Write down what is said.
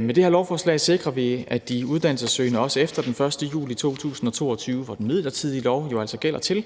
Med det her lovforslag sikrer vi, at de uddannelsessøgende også efter den 1. juli 2022, hvor den midlertidige lov jo altså gælder til,